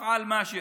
בערבית: